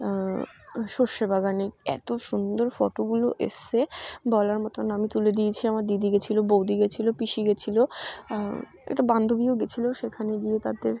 সর্ষে বাগানে এত সুন্দর ফটোগুলো এসে বলার মতন আমি তুলে দিয়েছি আমার দিদি গিয়েছিল বৌদি গিয়েছিলো পিসি গিয়েছিলো একটা বান্ধবীও গিয়েছিলো সেখানে গিয়ে তাদের